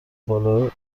بالا